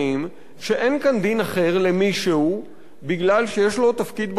שאין כאן דין אחר למישהו כי יש לו תפקיד בכיר